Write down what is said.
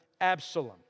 Absalom